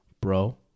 Bro